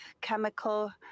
chemical